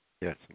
Yes